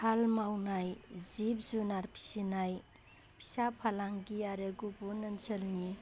हाल मावनाय जिब जुनार फिसिनाय फिसा फालांगि आरो गुबुन ओनसोलनि